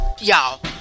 y'all